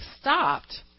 stopped